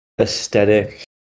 aesthetic